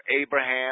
Abraham